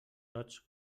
tots